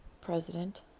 president